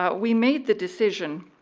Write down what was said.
but we made the decision